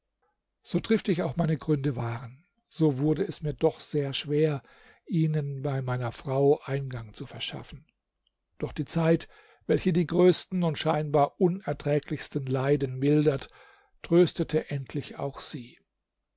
so triftig auch meine gründe waren so wurde es mir doch sehr schwer ihnen bei meiner frau eingang zu verschaffen doch die zeit welche die größten und scheinbar unerträglichsten leiden mildert tröstete endlich auch sie